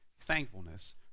thankfulness